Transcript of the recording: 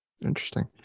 interesting